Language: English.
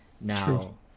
Now